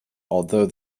although